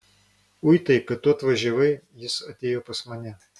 uitai kad tu atvažiavai jis atėjo pas mane